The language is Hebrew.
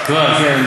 בבקשה?